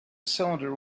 cylinder